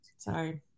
Sorry